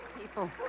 People